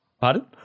Pardon